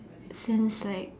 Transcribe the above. since like